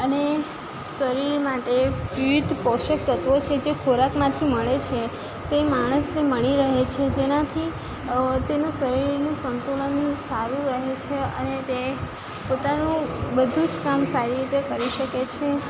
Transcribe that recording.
અને શરીર માટે વિવિધ પોષક તત્ત્વો છે જે ખોરાકમાંથી મળે છે તે માણસને મળી રહે છે જેનાથી તેનું શરીરનું સંતુલન સારું રહે છે અને તે પોતાનું બધું જ કામ સારી રીતે કરી શકે છે